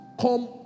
come